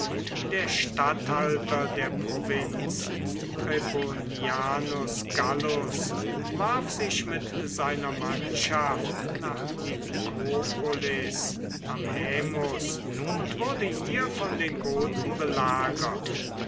der statthalter der provinz trebonianus gallus warf sich mit seiner mannschaft nach nikopolis am haemus und wurde hier von den goten belagert